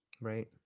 Right